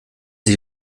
sie